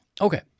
Okay